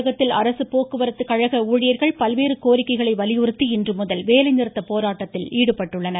தமிழகத்தில் அரசு போக்குவரத்து கழக ஊழியர்கள் பல்வேறு கோரிக்கைகளை வலியுறுத்தி இன்றுமுதல் வேலைநிறுத்தப் போராட்டத்தில் ஈடுபட்டுள்ளனர்